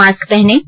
mask पहनें